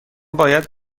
باید